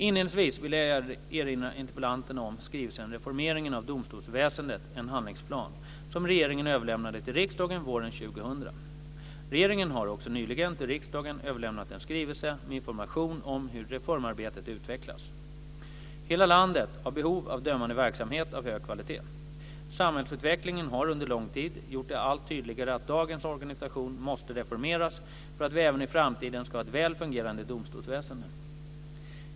Inledningsvis vill jag erinra interpellanterna om skrivelsen Reformeringen av domstolsväsendet - en handlingsplan . Hela landet har behov av dömande verksamhet av hög kvalitet. Samhällsutvecklingen har under lång tid gjort det allt tydligare att dagens organisation måste reformeras för att vi även i framtiden ska ha ett väl fungerande domstolsväsende.